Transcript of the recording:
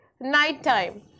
Nighttime